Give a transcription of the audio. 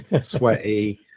sweaty